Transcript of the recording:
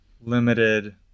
limited